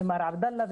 ממר עבדאללה,